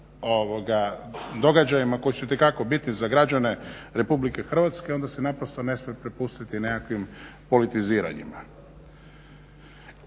događajima koji su itekako bitni za građane RH onda se naprosto ne smije propustiti nekakvim politiziranjima.